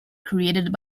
created